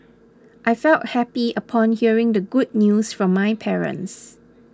I felt happy upon hearing the good news from my parents